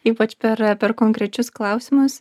ypač per per konkrečius klausimus